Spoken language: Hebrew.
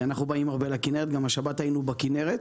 אנחנו באים לכנרת הרבה, גם השבת היינו בכנרת.